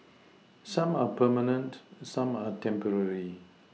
some are permanent some are temporary